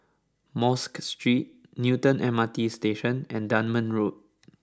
Mosque Street Newton M R T Station and Dunman Road